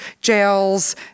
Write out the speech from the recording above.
jails